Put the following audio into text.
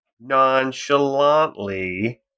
nonchalantly